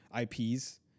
IPs